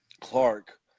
Clark